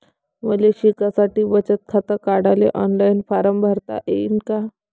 मले शिकासाठी बचत खात काढाले ऑनलाईन फारम भरता येईन का?